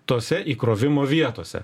tose įkrovimo vietose